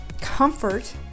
Comfort